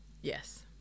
Yes